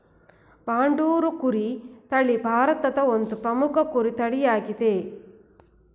ಬಂಡೂರು ಕುರಿ ತಳಿ ಭಾರತದ ಒಂದು ಪ್ರಮುಖ ಕುರಿ ತಳಿಯಾಗಿದೆ